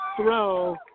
throw